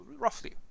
roughly